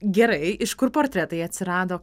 gerai iš kur portretai atsirado